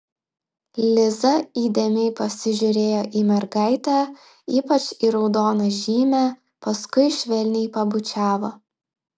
liza įdėmiai pasižiūrėjo į mergaitę ypač į raudoną žymę paskui švelniai pabučiavo